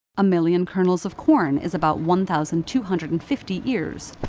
a million kernels of corn is about one thousand two hundred and fifty ears,